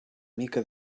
mica